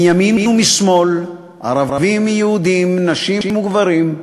מימין ומשמאל, ערבים, יהודים, נשים וגברים,